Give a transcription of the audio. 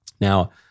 Now